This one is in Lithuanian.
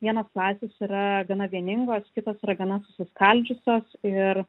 vienos klasės yra gana vieningos kitos yra gana susiskaldžiusios ir